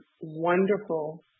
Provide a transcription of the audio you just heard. wonderful